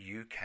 UK